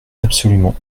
absolument